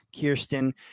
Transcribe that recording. Kirsten